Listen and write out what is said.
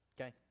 okay